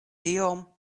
tiom